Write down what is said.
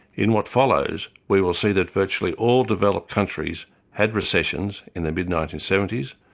in what follows, we will see that virtually all developed countries had recessions in the mid nineteen seventy s,